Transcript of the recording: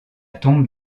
tombe